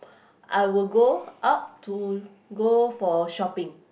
I will go up to go for shopping